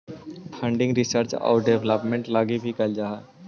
funding research आउ development लगी भी कैल जा हई